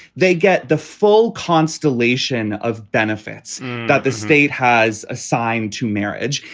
they get the full constellation of benefits that the state has assigned to marriage.